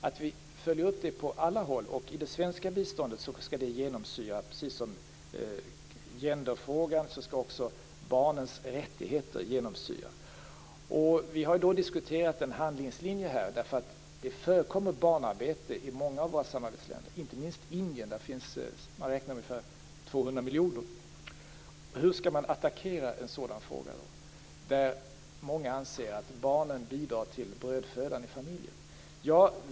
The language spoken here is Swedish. Vi måste följa upp detta på alla håll. I det svenska biståndet skall barnens rättigheter, precis som frågan om gender, vara genomsyrande. Vi har diskuterat en handlingslinje här. Det förekommer ju barnarbete i många av våra samarbetsländer, inte minst i Indien. Där räknar man med ungefär 200 miljoner. Hur skall man då attackera en sådan fråga? Många anser ju att barnen bidrar till brödfödan i familjen.